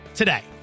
today